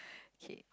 okay